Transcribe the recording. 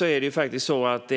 När det